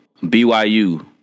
BYU